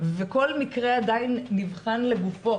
וכל מקרה עדיין נבחן לגופו.